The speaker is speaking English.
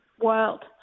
world